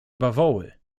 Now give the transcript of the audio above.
bawoły